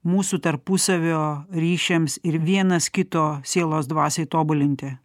mūsų tarpusavio ryšiams ir vienas kito sielos dvasiai tobulinti